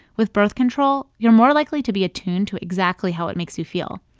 with birth control, you're more likely to be attuned to exactly how it makes you feel.